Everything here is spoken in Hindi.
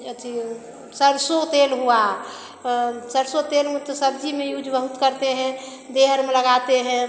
अथि सरसों तेल हुआ सरसों तेल में तो सब्ज़ी में यूज बहुत करते हैं देहर में लगाते हैं